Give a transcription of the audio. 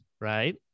Right